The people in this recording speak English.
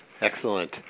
Excellent